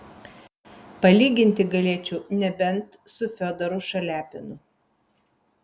palyginti galėčiau nebent su fiodoru šaliapinu